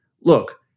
look